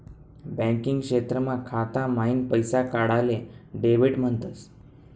banking क्षेत्रमा खाता माईन पैसा काढाले डेबिट म्हणतस